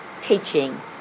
teaching